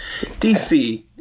DC